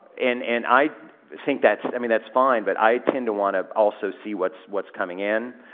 and, and i think that's, i mean that's fine, but i tend to want to also see what's, what's coming in.